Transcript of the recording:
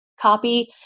copy